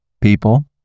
people